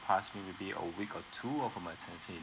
pass me maybe a week or two of her maternity